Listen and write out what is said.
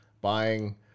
buying